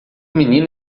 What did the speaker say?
menino